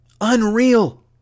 Unreal